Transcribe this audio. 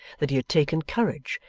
that he had taken courage,